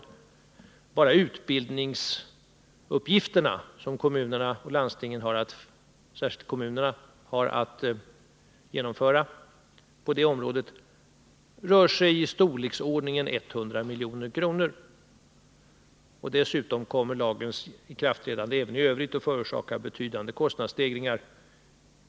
Kostnaderna för bara utbildningsuppgifterna som kommunerna och landstingen — särskilt kommunerna — har att svara för på det området är av storleksordningen 100 milj.kr. Dessutom kommer lagens ikraftträdande även i övrigt att förorsaka betydande kostnadsstegringar.